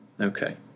Okay